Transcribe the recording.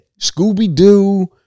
Scooby-Doo